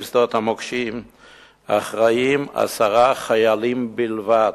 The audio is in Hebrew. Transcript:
שדות המוקשים אחראים עשרה חיילים בלבד,